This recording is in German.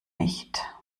nicht